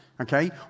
okay